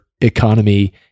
economy